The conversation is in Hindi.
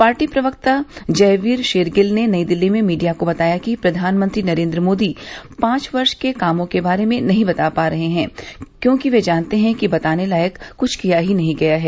पार्टी प्रक्ता जयवीर शेरगिल ने नई दिल्ली में मीडिया को बताया कि प्रधानमंत्री नरेन्द्र मोदी पांच वर्ष के कामों के बारे में नहीं बता रहे हैं क्योंकि वे जानते हैं कि बताने लायक क्छ नहीं किया गया है